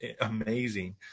amazing